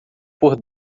por